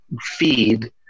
feed